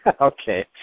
Okay